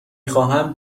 خواهم